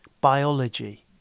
biology